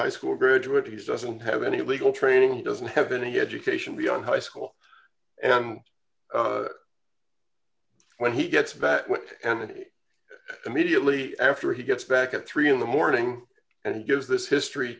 high school graduate he doesn't have any legal training he doesn't have any education beyond high school and when he gets back what an idiot immediately after he gets back at three in the morning and gives this history